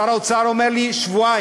שר האוצר אומר לי שבועיים,